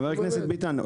חבר הכנסת ביטן,